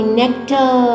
nectar